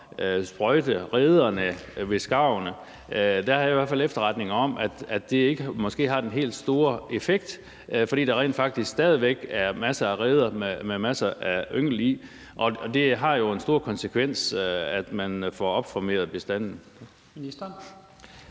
sprøjte skarvens reder har jeg i hvert fald efterretninger om måske ikke har den helt store effekt, fordi der rent faktisk stadig væk er masser af reder med masser af yngel i, og det har jo store konsekvenser, at man får opformeret bestanden.